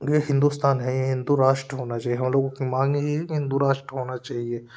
यह हिंदुस्तान है हिंदू राष्ट्र होना चाहिए हम लोगों की माँग यही है हिंदू राष्ट्र होना चाहिए